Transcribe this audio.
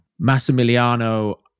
Massimiliano